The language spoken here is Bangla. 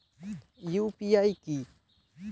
ইউ.পি.আই কি?